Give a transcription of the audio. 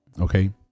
okay